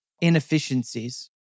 inefficiencies